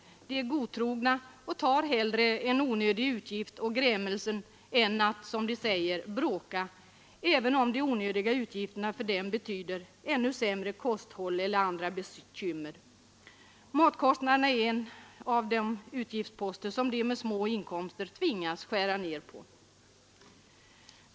De är godtrogna och tar hellre en onödig utgift och grämelsen än att — som de säger — bråka, även om de onödiga utgifterna för dem betyder ännu sämre kosthåll eller andra bekymmer. Matkostnaden är en utgiftspost som de med små inkomster tvingas skära ned på.